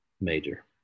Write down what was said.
major